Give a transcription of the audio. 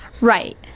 Right